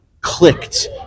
clicked